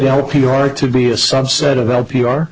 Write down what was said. help you are to be a subset of l p r